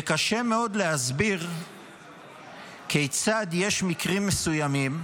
וקשה מאוד להסביר כיצד יש מקרים מסוימים